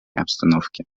обстановке